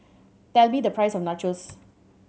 tell me the price of Nachos